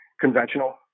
conventional